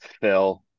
Phil